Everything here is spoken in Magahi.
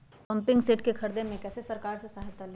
पम्पिंग सेट के ख़रीदे मे कैसे सरकार से सहायता ले?